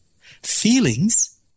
Feelings